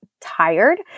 tired